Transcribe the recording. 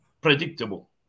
predictable